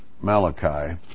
Malachi